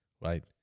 right